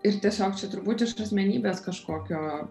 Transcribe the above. ir tiesiog čia turbūt iš asmenybės kažkokio